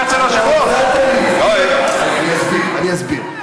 אני אסביר.